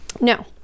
no